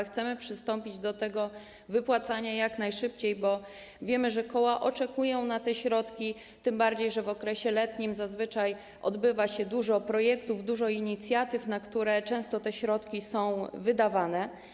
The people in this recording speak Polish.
Chcemy przystąpić do tego wypłacania jak najszybciej, bo wiemy, że koła oczekują na te środki, tym bardziej że w okresie letnim zazwyczaj odbywa się dużo projektów, dużo inicjatyw, na które często te środki są wydawane.